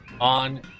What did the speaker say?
On